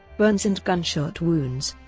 burns and gunshot wounds.